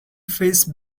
face